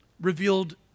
revealed